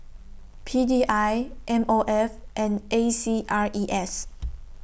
P D I M O F and A C R E S